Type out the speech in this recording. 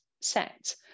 set